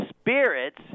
spirits